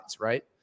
right